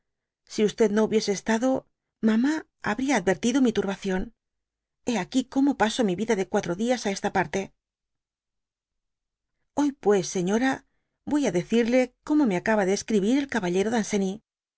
si no hubiese estado mamá babria advertido mi turbación hé aquí como paso mi yida de cuatro dias á esta parte hoy pues señorayoy á decirle como me acaba de escribir el caballero